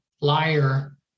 liar